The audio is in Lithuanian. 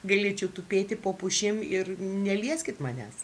galėčiau tupėti po pušim ir nelieskit manęs